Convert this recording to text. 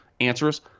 answers